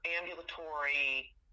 ambulatory